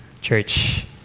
church